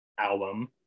album